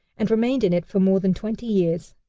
and remained in it for more than twenty years.